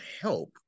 help